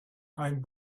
ein